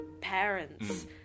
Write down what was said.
parents